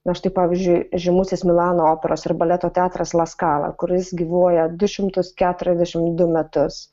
na štai pavyzdžiui žymusis milano operos ir baleto teatras laskala kuris gyvuoja du šimtus keturiasdešimt du metus